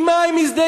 עם מה הם מזדהים?